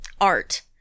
art